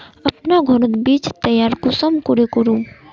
अपना घोरोत बीज तैयार कुंसम करे करूम?